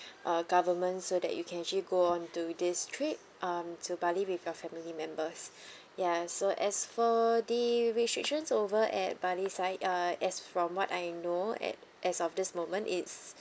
uh government so that you can actually go on to this trip um to bali with your family members ya so as for the restrictions over at bali side uh as from what I know at as of this moment it's